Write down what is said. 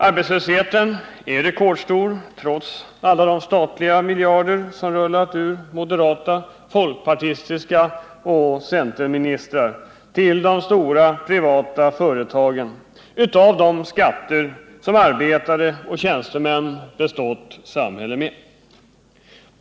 Arbetslösheten är rekordstor trots alla de statliga miljarder som rullat från moderat-, folkpartioch centerministrar till de stora privata företagen, pengar som arbetare och tjänstemän bestått samhället med.